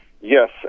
Yes